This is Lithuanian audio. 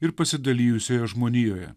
ir pasidalijusioje žmonijoje